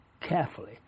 carefully